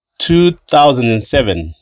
2007